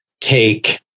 take